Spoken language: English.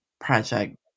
project